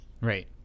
Right